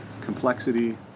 complexity